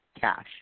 cash